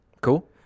Cool